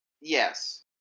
Yes